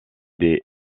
des